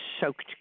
soaked